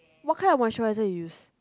what kind of moisturizer you use